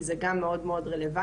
כי זה גם מאוד מאוד רלוונטי,